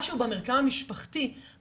משהו במרקם המשפחתי,